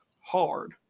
hard